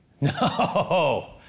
no